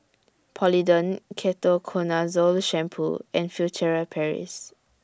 Polident Ketoconazole Shampoo and Furtere Paris